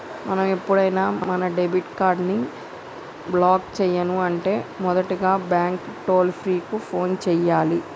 మనం ఎప్పుడైనా మన డెబిట్ కార్డ్ ని బ్లాక్ చేయను అంటే మొదటగా బ్యాంకు టోల్ ఫ్రీ కు ఫోన్ చేయాలి